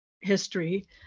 history